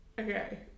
Okay